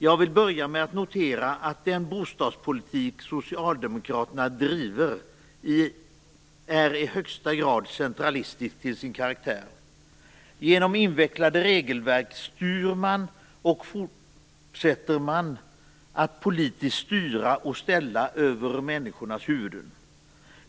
Jag vill börja med att notera att den bostadspolitik som socialdemokraterna driver är i högsta grad centralistisk till sin karaktär. Genom invecklade regelverk fortsätter man att politiskt styra och ställa över människornas huvuden.